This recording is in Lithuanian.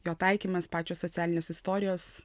jo taikymas pačios socialinės istorijos